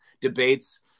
debates